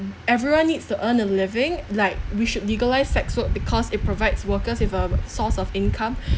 everyone needs to earn a living like we should legalise sex work because it provides workers with a source of income